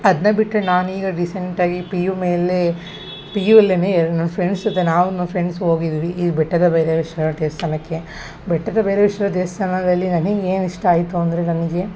ಅದನ್ನ ಬಿಟ್ಟರೆ ನಾನು ಈಗ ರೀಸೆಂಟಾಗಿ ಪಿ ಯು ಮೇಲೆ ಪಿ ಯು ಅಲ್ಲೇ ಎರ್ ನಮ್ಮ ಫ್ರೆಂಡ್ಸ್ ಜೊತೆ ನಾವು ನಮ್ಮ ಫ್ರೆಂಡ್ಸ್ ಹೋಗಿದ್ವಿ ಈ ಬೆಟ್ಟದ ಭೈರವೇಶ್ವರ ದೇವಸ್ಥಾನಕ್ಕೆ ಬೆಟ್ಟದ ಭೈರವೇಶ್ವರ ದೇವಸ್ಥಾನದಲ್ಲಿ ನನಿಗೆ ಏನು ಇಷ್ಟ ಆಯಿತು ಅಂದರೆ ನನಗೆ